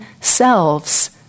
selves